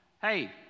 Hey